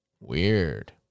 Weird